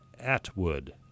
Atwood